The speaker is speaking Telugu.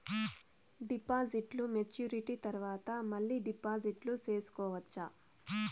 డిపాజిట్లు మెచ్యూరిటీ తర్వాత మళ్ళీ డిపాజిట్లు సేసుకోవచ్చా?